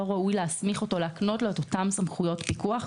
לא ראוי להקנות לו את אותן סמכויות פיקוח.